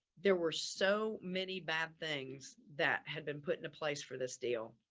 there were so many bad things that had been put into place for this deal.